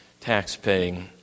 taxpaying